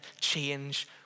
Change